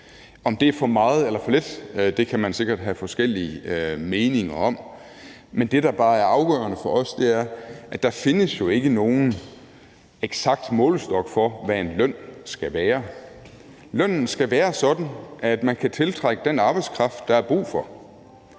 Om det er for meget eller for lidt, kan man sikkert have forskellige meninger om, men det, der bare er afgørende for os, er, at der jo ikke findes nogen eksakt målestok for, hvad en løn skal være. Lønnen skal være sådan, at man kan tiltrække den arbejdskraft, der er brug for.